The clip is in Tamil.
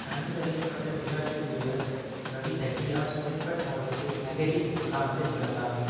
நன்கறியப்பட்ட விளையாட்டு வீரர் ரவி தஹியா சோனிபட் மாவட்டத்தின் நஹரி கிராமத்தில் பிறந்தார்